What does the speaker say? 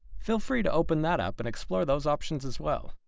feel free to open that up and explore those options as well.